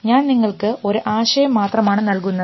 ഞാൻ നിങ്ങൾക്ക് ഒരു ആശയം മാത്രമാണ് നൽകുന്നത്